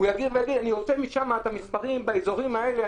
הוא יגיד שהוא רוצה משם את המס' באזורים האלה,